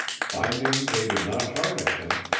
finding they did not harness him,